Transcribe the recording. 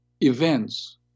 events